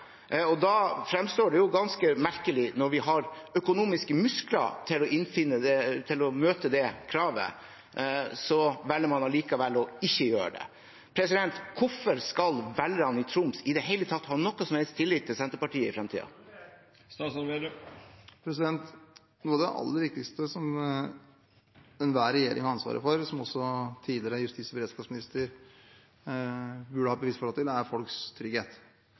Da fremstår det ganske merkelig at når vi har økonomiske muskler til å møte det kravet, velger man likevel å ikke gjøre det. Hvorfor skal velgerne i Troms i det hele tatt ha noe som helst tillit til Senterpartiet i fremtiden? Noe av det aller viktigste som enhver regjering har ansvaret for, og som også en tidligere justis- og beredskapsminister burde ha et bevisst forhold til, er folks trygghet.